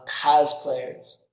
cosplayers